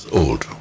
old